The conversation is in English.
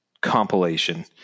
compilation